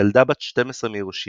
ילדה בת 12 מהירושימה,